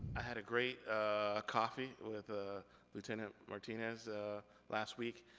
i had a great coffee with ah lieutenant martinez last week,